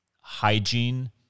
hygiene